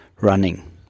running